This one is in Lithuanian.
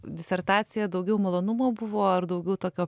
disertaciją daugiau malonumo buvo ar daugiau tokio